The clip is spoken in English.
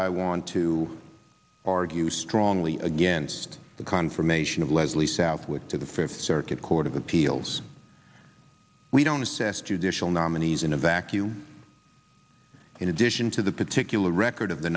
i want to argue strongly against the confirmation of leslie southwick to the fifth circuit court of appeals we don't assess judicial nominees in a vacuum in addition to the particular record of the